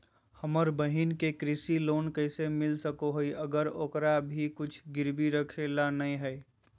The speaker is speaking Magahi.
हमर बहिन के कृषि लोन कइसे मिल सको हइ, अगर ओकरा भीर कुछ गिरवी रखे ला नै हइ?